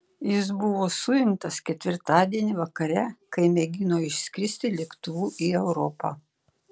jis buvo suimtas ketvirtadienį vakare kai mėgino išskristi lėktuvu į europą